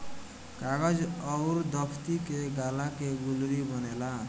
कागज अउर दफ़्ती के गाला के लुगरी बनेला